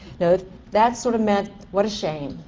that sort of meant what a shame.